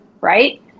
right